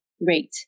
rate